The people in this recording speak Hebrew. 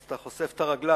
אז אתה חושף את הרגליים,